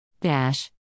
Dash